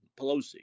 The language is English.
Pelosi